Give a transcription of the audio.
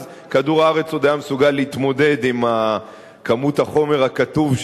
אז כדור-הארץ עוד היה מסוגל להתמודד עם כמות החומר הכתוב,